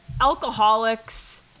alcoholics